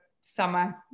summer